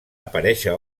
aparèixer